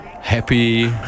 Happy